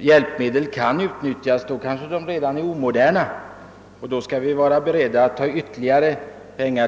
hjälpmedlen i fråga kan utnyttjas är de kanske redan omoderna och då skall vi vara beredda att anslå ytterligare medel.